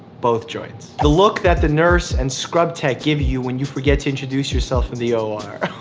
both joints. the look that the nurse and scrub tech give you when you forget to introduce yourself in the or.